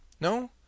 no